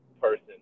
person